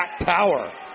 power